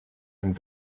and